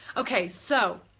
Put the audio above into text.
okay so,